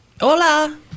Hola